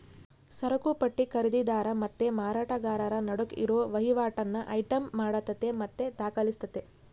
ಸರಕುಪಟ್ಟಿ ಖರೀದಿದಾರ ಮತ್ತೆ ಮಾರಾಟಗಾರರ ನಡುಕ್ ಇರೋ ವಹಿವಾಟನ್ನ ಐಟಂ ಮಾಡತತೆ ಮತ್ತೆ ದಾಖಲಿಸ್ತತೆ